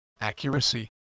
accuracy